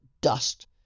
dust